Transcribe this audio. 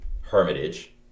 hermitage